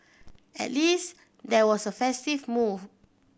at least there was a festive move